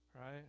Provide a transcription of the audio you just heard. Right